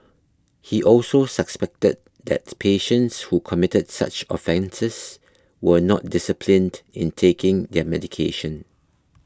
he also suspected that patients who committed such offences were not disciplined in taking their medication